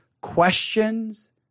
questions